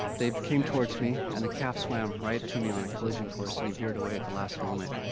they came towards me, and the calf swam right to me, on a collision course, and he veered away at the last moment.